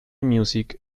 music